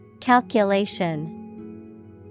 Calculation